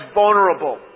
vulnerable